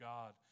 God